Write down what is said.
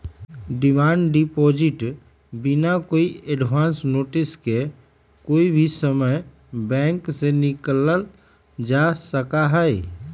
demand deposit बिना कोई advance notice के कोई भी समय बैंक से निकाल्ल जा सका हई